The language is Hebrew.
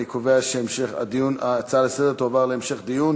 אני קובע שההצעה לסדר-היום תועבר להמשך דיון